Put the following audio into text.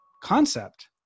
concept